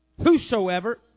whosoever